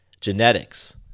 Genetics